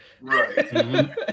Right